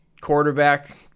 quarterback